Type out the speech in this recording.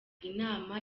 inama